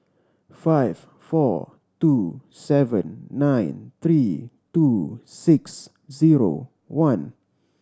five four two seven nine three two six zero one